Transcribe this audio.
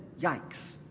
Yikes